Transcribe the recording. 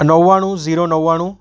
નવ્વાણું ઝીરો નવ્વાણું